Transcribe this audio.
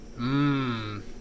Mmm